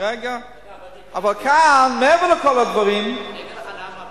אבל כאן, מעבר לכל הדברים, אני אגיד לך למה,